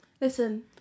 listen